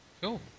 Cool